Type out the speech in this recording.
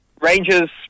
Rangers